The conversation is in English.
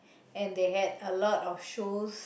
and they had a lot of shows